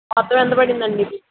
మొత్తం ఎంత పడిందండి ఇవి